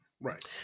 Right